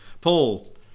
Paul